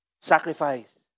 sacrifice